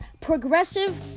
progressive